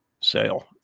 sale